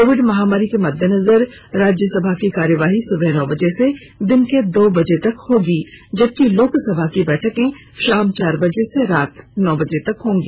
Covid महामारी के मददेनजर राज्यसभा की कार्यवाही सुबह नौ बजे से दिन के दो बजे तक होगी जबकि लोकसभा की बैठकें शाम चार बजे से रात नौ बजे तक होंगी